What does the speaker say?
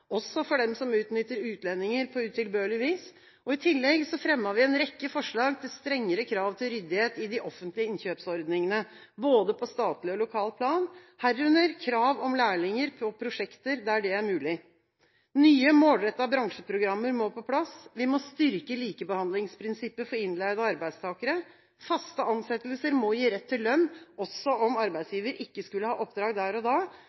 også for dem som utnytter utlendinger på utilbørlig vis. I tillegg fremmet vi en rekke forslag til strengere krav til ryddighet i de offentlige innkjøpsordningene, både på statlig og på lokalt plan, herunder krav om lærlinger på prosjekter der det er mulig. Nye, målrettede bransjeprogrammer må på plass. Vi må styrke likebehandlingsprinsippet for innleide arbeidstakere, faste ansettelser må gi rett til lønn, også om arbeidsgiver ikke skulle ha oppdrag der og da,